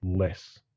less